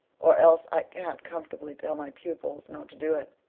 or else i can't comfortably tell my pupils not to do it.